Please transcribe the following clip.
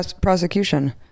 prosecution